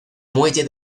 muelle